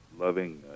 loving